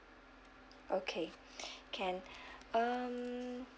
okay can um